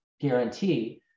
guarantee